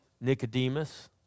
Nicodemus